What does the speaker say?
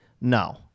No